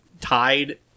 tied